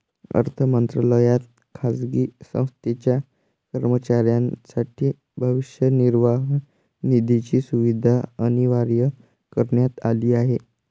अर्थ मंत्रालयात खाजगी संस्थेच्या कर्मचाऱ्यांसाठी भविष्य निर्वाह निधीची सुविधा अनिवार्य करण्यात आली आहे